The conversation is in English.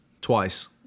Twice